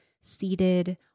seated